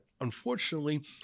Unfortunately